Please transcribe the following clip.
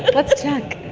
but let's check.